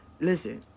Listen